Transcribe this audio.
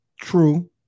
True